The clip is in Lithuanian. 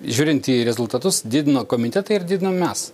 žiūrint į rezultatus didino komitetai ir didinam mes